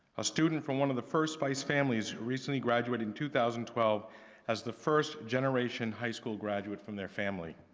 a student from one of the first spice families recently graduated in two thousand and twelve as the first generation high school graduate from their family.